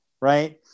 right